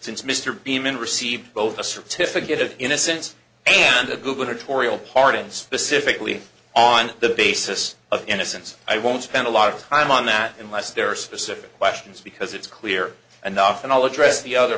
since mr beeman received both a certificate of innocence and a gubernatorial pardon specifically on the basis of innocence i won't spend a lot of time on that unless there are specific questions because it's clear enough and i'll address the other